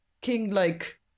king-like